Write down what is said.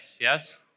Yes